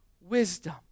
wisdom